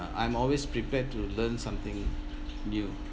I'm always prepared to learn something new